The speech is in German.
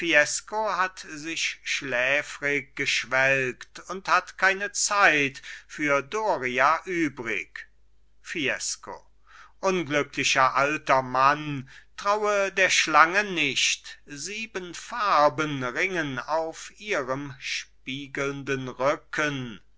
hat sich schläfrig geschwelgt und hat keine zeit für doria übrig fiesco unglücklicher alter mann traue der schlange nicht sieben fraben ringen auf ihrem spiegelnden rücken